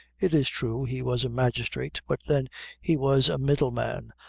it is true he was a magistrate, but then he was a middleman,